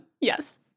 Yes